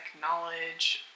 knowledge